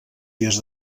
dies